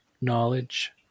knowledge